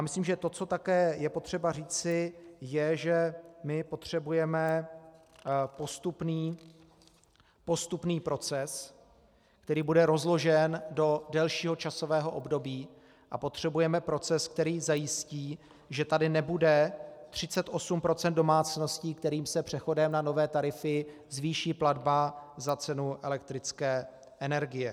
Myslím, že je také potřeba říci, že potřebujeme postupný proces, který bude rozložen do delšího časového období, a potřebujeme proces, který zajistí, že tady nebude 38 % domácností, kterým se přechodem na nové tarify zvýší platba za cenu elektrické energie.